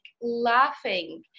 laughing